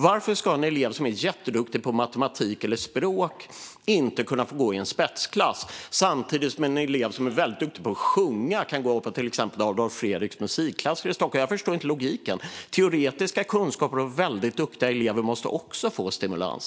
Varför ska en elev som är jätteduktig på matematik eller språk inte kunna få gå i en spetsklass samtidigt som en elev som är väldigt duktig på att sjunga kan gå i till exempel Adolf Fredriks musikklasser i Stockholm? Jag förstår inte logiken. Teoretiska kunskaper och väldigt duktiga elever måste också få stimulans.